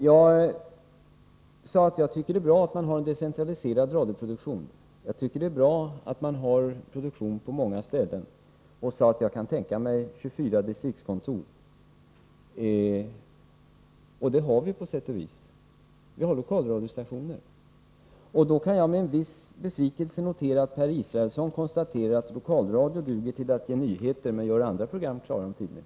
Jag sade att jag tycker att det är bra att man har en decentraliserad radioproduktion. Jag tycker alltså att det är bra att man har produktion på många ställen. Jag sade att jag kan tänka mig 24 distriktskontor, och det har vi också på sätt och vis, nämligen genom att vi har lokalradiostationer. Det var med en viss besvikelse jag noterade att Per Israelsson menar att Lokalradion duger till att producera nyhetsprogram men tydligen inte klarar att göra andra program.